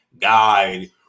guide